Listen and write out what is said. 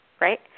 right